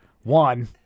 One